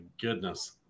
goodness